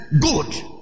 Good